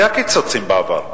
היו כבר קיצוצים בעבר,